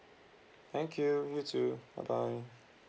thank you you too bye bye